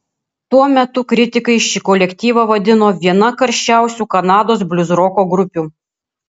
tuo metu kritikai šį kolektyvą vadino viena karščiausių kanados bliuzroko grupių